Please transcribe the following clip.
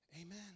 Amen